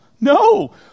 No